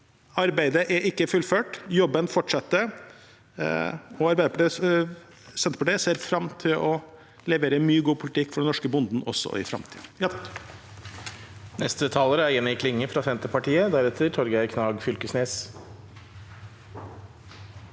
Arbeidet er ikke fullført – jobben fortsetter. Arbeiderpartiet og Senterpartiet ser fram til å levere mye god politikk for den norske bonden også i framtiden.